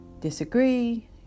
disagree